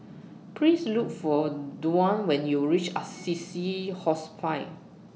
Please Look For Dwane when YOU REACH Assisi Hospice